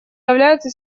являются